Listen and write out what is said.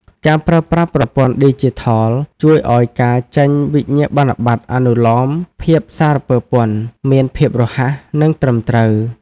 ការប្រើប្រាស់ប្រព័ន្ធឌីជីថលជួយឱ្យការចេញវិញ្ញាបនបត្រអនុលោមភាពសារពើពន្ធមានភាពរហ័ស និងត្រឹមត្រូវ។